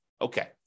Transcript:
okay